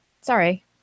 sorry